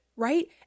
Right